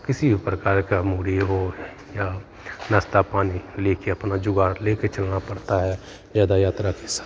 किसी भी प्रकार का मुरही हो या नास्ता पानी लेके अपना जुगाड़ लेके चलना पड़ता है यात्रा के समय में